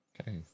Okay